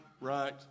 right